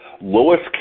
lowest